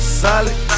solid